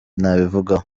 nabivugaho